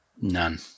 None